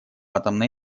атомной